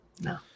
No